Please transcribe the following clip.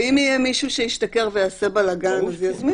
ואם יהיה מישהו שישתכר ויעשה בלגאן, אז יזמינו.